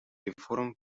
реформ